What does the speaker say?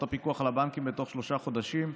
הפיקוח על הבנקים בתוך שלושה חודשים.